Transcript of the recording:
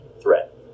threat